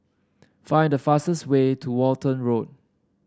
find the fastest way to Walton Road